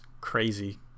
crazy